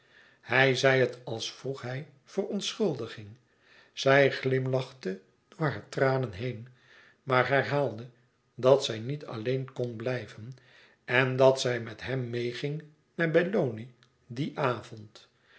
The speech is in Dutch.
hij zei het als vroeg hij verontschuldiging zij glimlachte door hare tranen heen maar herhaalde dat zij niet alleen kon blijven en dat zij met hem meêging naar belloni dien avond